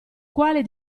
quali